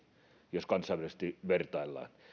jos kansainvälisesti vertaillaan